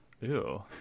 Ew